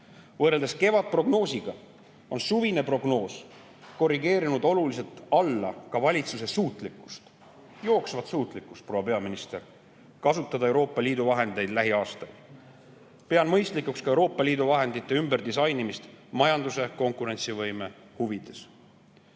Võrreldes kevadprognoosiga on suvine prognoos korrigeerinud oluliselt alla ka valitsuse suutlikkust – jooksvat suutlikkust, proua peaminister – kasutada Euroopa Liidu vahendeid lähiaastail. Pean mõistlikuks ka Euroopa Liidu vahendite ümberdisainimist majanduse konkurentsivõime huvides.